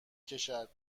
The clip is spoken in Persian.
کشد